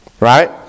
right